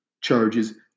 charges